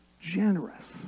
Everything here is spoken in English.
generous